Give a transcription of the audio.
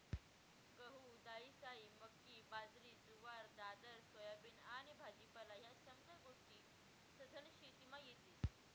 गहू, दायीसायी, मक्की, बाजरी, जुवार, दादर, सोयाबीन आनी भाजीपाला ह्या समद्या गोष्टी सधन शेतीमा येतीस